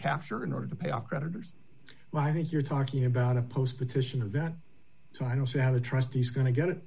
capture in order to pay off creditors well i think you're talking about a post petition or vent so i don't see how the trustees going to get it